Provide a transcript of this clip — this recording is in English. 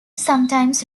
sometimes